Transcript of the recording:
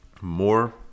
more